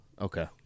Okay